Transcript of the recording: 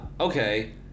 okay